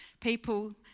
people